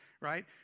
right